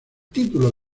título